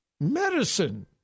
medicine